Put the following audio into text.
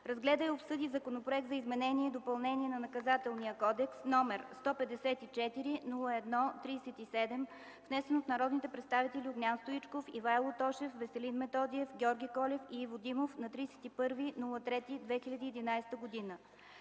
разгледа и обсъди Законопроект за изменение и допълнение на Наказателния кодекс, № 154-01-37, внесен от народните представители Огнян Стоичков, Ивайло Тошев, Веселин Методиев, Георги Колев и Иво Димов на 31 март 2011 г.